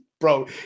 bro